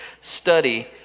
study